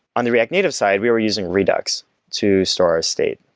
on the react native side, we were using redux to store a state.